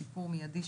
שיפור מיידי,